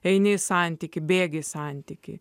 eini į santykį bėgiai santykiai